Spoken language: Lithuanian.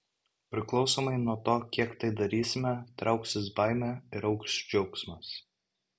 priklausomai nuo to kiek tai darysime trauksis baimė ir augs džiaugsmas